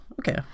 Okay